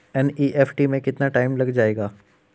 NEFT में कितना time लग जाएगा?